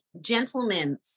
gentlemen